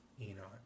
Enoch